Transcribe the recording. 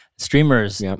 Streamers